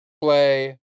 play